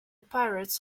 pirates